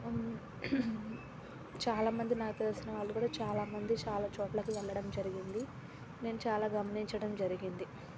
చాలామంది నాకు తెలిసిన వాళ్ళు కూడా చాలామంది చాలా చోట్లకి వెళ్ళడం జరిగింది నేను చాలా గమనించడం జరిగింది